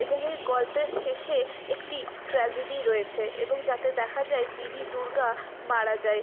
এবং এই গল্পের শেষে একটি ট্র্যাজেডি রয়েছে এবং যাতে দেখা যায় দিদি দুর্গা মারা যায়